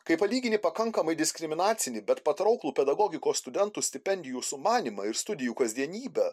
kai palygini pakankamai diskriminacinį bet patrauklų pedagogikos studentų stipendijų sumanymą ir studijų kasdienybę